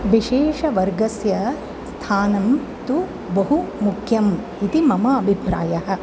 विशेषवर्गस्य स्थानं तु बहु मुख्यम् इति मम अभिप्रायः